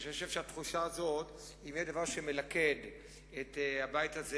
אני חושב שאם יש דבר שמלכד את הבית הזה,